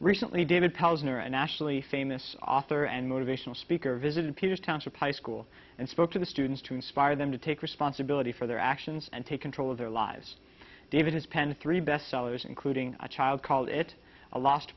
recently david tells internationally famous author and motivational speaker visited peters township high school and spoke to the students to inspire them to take responsibility for their actions and take control of their lives david has penned three bestsellers including a child called it a lost